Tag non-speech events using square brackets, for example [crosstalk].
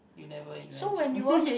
you never imagine [laughs]